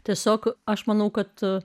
tiesiog aš manau kad